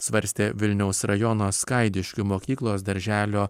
svarstė vilniaus rajono skaidiškių mokyklos darželio